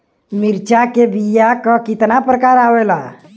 मिर्चा के बीया क कितना प्रकार आवेला?